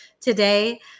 today